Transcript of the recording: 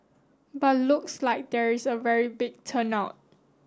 but looks like there is a very big turn out